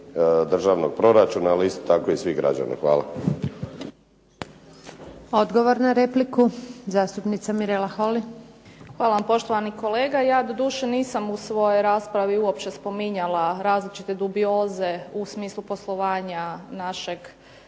državnog proračuna, ali isto tako i svih građana. Hvala. **Antunović, Željka (SDP)** Odgovor na repliku, zastupnica Mirela Holy. **Holy, Mirela (SDP)** Hvala. Poštovani kolega, ja doduše nisam u svojoj raspravi uopće spominjala različite dubioze u smislu poslovanja našeg